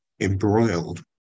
embroiled